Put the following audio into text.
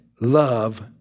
love